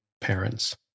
parents